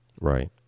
Right